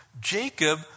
Jacob